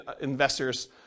investors